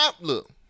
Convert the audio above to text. Look